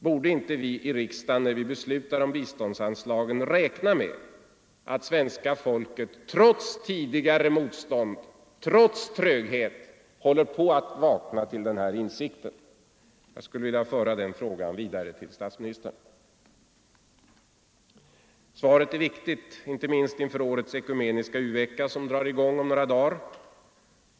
Borde inte vi i riksdagen när vi beslutar om biståndsanslagen räkna med att svenska folket — trots tidigare motstånd, trots tröghet — håller på att vakna till insikt. Jag skulle vilja föra den frågan vidare till statsministern. Svaret är viktigt, inte minst inför årets ekumeniska u-veck i gång om några dagar.